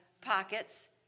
pockets